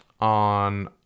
on